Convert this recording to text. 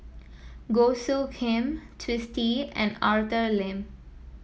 Goh Soo Khim Twisstii and Arthur Lim